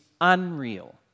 unreal